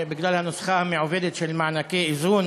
בגלל הנוסחה המעוותת של מענקי איזון,